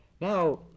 Now